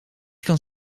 kan